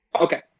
Okay